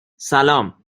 سلام